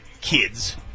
kids